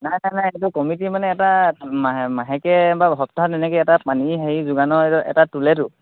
নাই নাই নাই এইটো কমিটি মানে এটা মাহেকীয়া বা সপ্তাহত তেনেকৈ এটা পানী হেৰি যোগানৰ এটা তোলেতো